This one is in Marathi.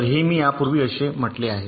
तर हे मी यापूर्वी असे म्हटले आहे